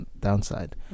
downside